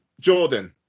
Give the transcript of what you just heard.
Jordan